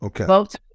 Okay